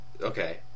Okay